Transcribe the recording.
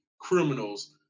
criminals